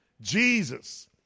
Jesus